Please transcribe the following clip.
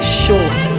short